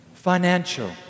financial